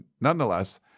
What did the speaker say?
Nonetheless